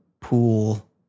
pool